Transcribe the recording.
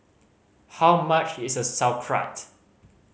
how much is Sauerkraut